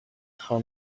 her